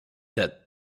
that